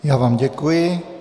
Já vám děkuji.